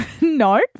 No